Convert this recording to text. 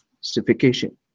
specification